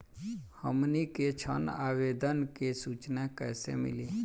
हमनी के ऋण आवेदन के सूचना कैसे मिली?